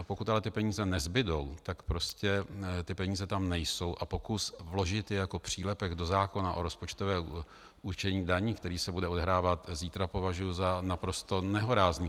Pokud ale peníze nezbudou, tak prostě ty peníze tam nejsou a pokus vložit je jako přílepek do zákona o rozpočtovém určení daní, který se bude odehrávat zítra, považuji za naprosto nehorázný.